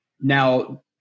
Now